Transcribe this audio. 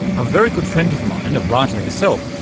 a very good friend of mine, a writer herself,